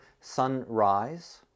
sunrise